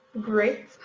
great